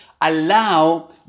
allow